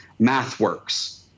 MathWorks